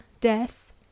death